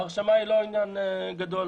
ההרשמה היא לא עניין גדול.